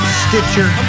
stitcher